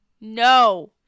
No